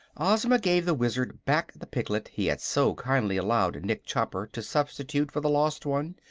ozma gave the wizard back the piglet he had so kindly allowed nick chopper to substitute for the lost one,